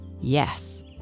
Yes